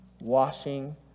washing